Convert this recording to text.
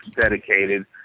dedicated